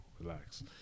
Relax